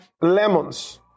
lemons